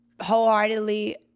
wholeheartedly